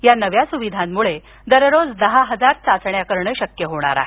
या नव्या सुविधांमुळे दररोज दहा हजार चाचण्या करणं शक्य होणार आहे